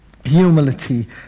humility